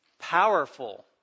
powerful